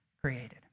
created